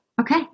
Okay